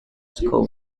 school